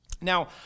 Now